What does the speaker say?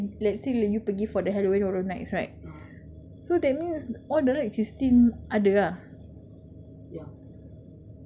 eh halloween horror nights let's say if you pergi for the halloween horror night right so that means all the rides is still ada lah